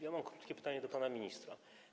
Ja mam krótkie pytanie do pana ministra.